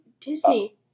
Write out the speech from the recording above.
Disney